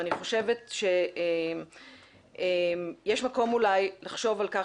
אני חושבת שיש מקום אולי לחשוב על כך